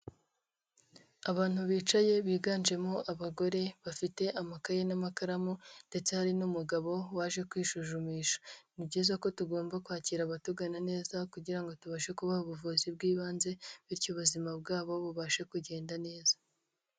Abantu bicaye biganjemo abagore bafite amakaye n'amakaramu ndetse hari n'umugabo waje kwisuzumisha, ni byiza ko tugomba kwakira abatugana neza kugira ngo tubashe kuba ubuvuzi bw'ibanze bityo ubuzima bwabo bubashe kugenda neza.